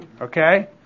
okay